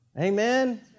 Amen